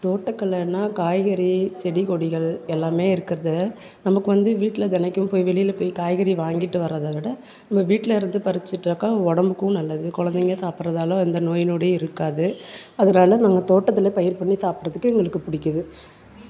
தோட்டக்கலைன்னா காய்கறி செடி கொடிகள் எல்லாமே இருக்கிறது நமக்கு வந்து வீட்டில் தினைக்கும் போய் வெளியில் போய் காய்கறி வாங்கிட்டு வர்றதை விட நம் வீட்டில் இருந்து பறிச்சுட்டாக்கா உடம்புக்கும் நல்லது கொழந்தைங்க சாப்பிட்றதால எந்த நோய் நொடியும் இருக்காது அதனால நாங்கள் தோட்டத்ததில் பயிர் பண்ணி சாப்பபிட்றதுக்கு எங்களுக்கு பிடிக்கிது